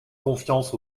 confiance